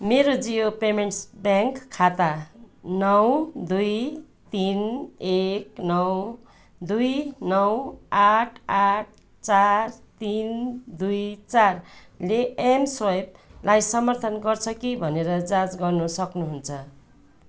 मेरो Jio payments bank खाता नौ दुई तिन एक नौ दुई नौ आठ आठ चार तिन दुई चारले एमस्वाइपलाई समर्थन गर्छ कि भनेर जाँच गर्नु सक्नुहुन्छ